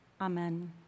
Amen